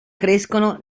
crescono